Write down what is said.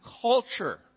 culture